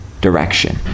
direction